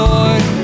Lord